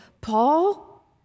Paul